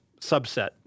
subset